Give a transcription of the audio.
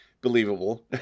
believable